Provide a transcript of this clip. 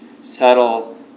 subtle